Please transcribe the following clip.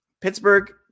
Pittsburgh